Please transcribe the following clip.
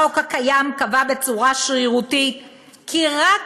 החוק הקיים קבע בצורה שרירותית כי רק